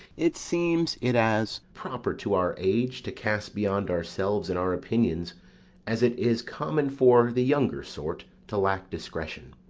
it seems it as proper to our age to cast beyond ourselves in our opinions as it is common for the younger sort to lack discretion.